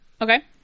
Okay